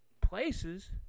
places